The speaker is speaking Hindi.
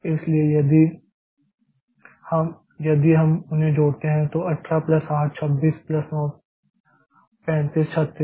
इसलिए यदि हम उन्हें जोड़ते हैं तो 18 प्लस 8 26 प्लस 9 35 36